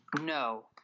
No